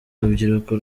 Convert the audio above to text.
urubyiruko